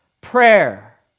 prayer